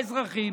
האזרחים,